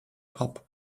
pop